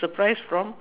surprised from